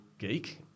geek